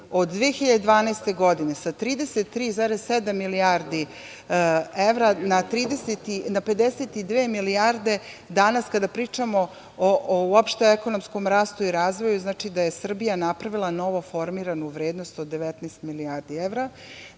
od 2012. godine sa 33,7 milijardi evra na 52 milijarde, danas kada pričamo uopšte o ekonomskom rastu i razvoju, znači da je Srbija napravila novoformiranu vrednost od 19 milijardi evra